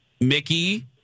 Mickey